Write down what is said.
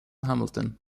hamilton